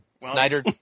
Snyder